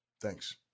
Thanks